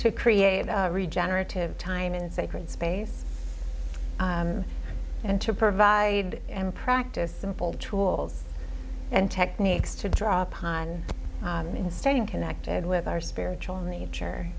to create a regenerative time in sacred space and to provide and practice simple tools and techniques to draw upon them in staying connected with our spiritual nature